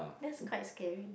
that's quite scary